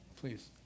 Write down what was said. please